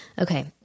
Okay